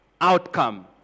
outcome